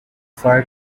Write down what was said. fire